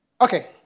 Okay